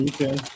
Okay